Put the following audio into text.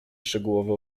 szczegółowe